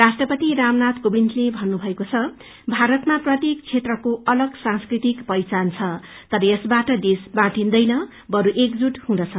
राष्ट्रपति रामनाय कोविन्दले भन्नुभएको छ कि भारतमा प्रत्येक क्षेत्रको अलग सांस्कृतिक पहिचान छ जसले तर यसबाट देश बाटिन्दैन बस्त एकजुट हुँदछ